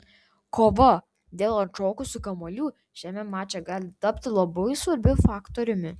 kova dėl atšokusių kamuolių šiame mače gali tapti labai svarbiu faktoriumi